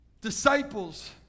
Disciples